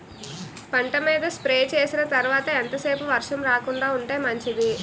పంట మీద స్ప్రే చేసిన తర్వాత ఎంత సేపు వర్షం రాకుండ ఉంటే మంచిది?